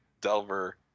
Delver